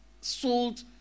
sold